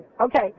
Okay